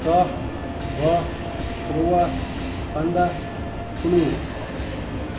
کَہہ بَہہ تُرواہ پنٛدَہ کُنوُہ